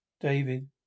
David